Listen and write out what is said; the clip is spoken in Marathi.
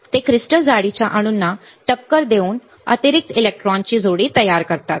ते क्रिस्टल जाळीच्या अणूंना टक्कर देऊन अतिरिक्त इलेक्ट्रॉन जोडी तयार करतात